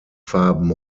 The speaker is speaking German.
farben